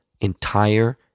entire